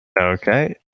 Okay